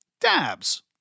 DABS